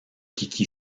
kiki